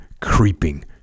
creeping